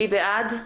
מי בעד?